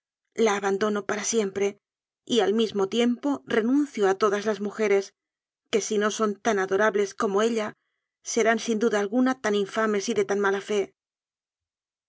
la abandono para siempre y al mismo tiempo renuncio a todas las mujeres que si no son tan adorables como ella serán sin duda alguna tan infames y de tan mala fe